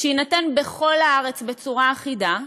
שיינתן בכל הארץ בצורה אחידה,